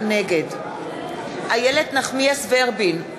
נגד איילת נחמיאס ורבין,